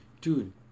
Dude